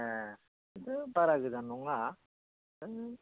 ए बारा गोजान नङा